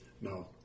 No